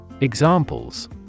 Examples